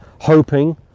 hoping